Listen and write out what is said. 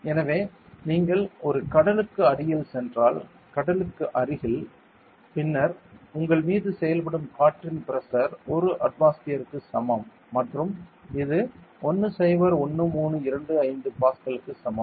எனவே நீங்கள் ஒரு கடலுக்கு அருகில் சென்றால் கடலுக்கு அருகில் பின்னர் உங்கள் மீது செயல்படும் காற்றின் பிரஷர் 1 அட்மாஸ்பியர்க்கு சமம் மற்றும் இது 101325 பாஸ்கல்க்கு சமம்